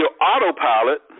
autopilot